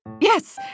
Yes